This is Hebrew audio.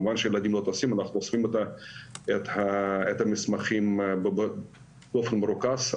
אנחנו אוספים את המסמכים באופן מרוכז,